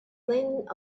leaning